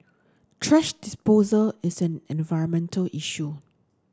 thrash disposal is an environmental issue